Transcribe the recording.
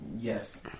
yes